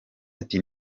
ati